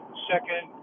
Second